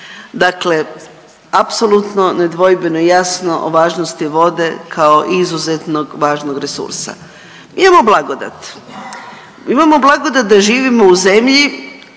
Dakle, apsolutno nedvojbeno i jasno o važnosti vode kao izuzetnog važnog resursa. Imamo blagodat. Imamo blagodat da živimo u zemlji